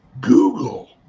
Google